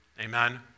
Amen